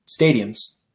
stadiums